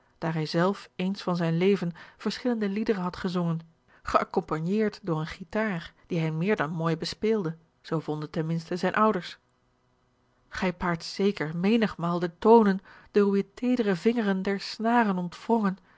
hij zelf eens van zijn leven verschillende liederen had gezongen geaccompagneerd door eene guitar die hij meer dan mooi bespeelde zoo vonden ten minste zijne ouders gij paart zeker menigmaal de toonen door uwe teedere vingeren der snaren ontwrongen